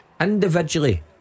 Individually